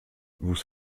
vous